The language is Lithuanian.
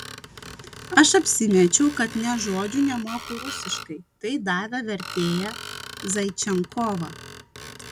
aš apsimečiau kad nė žodžio nemoku rusiškai tai davė vertėją zaičenkovą